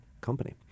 company